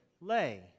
lay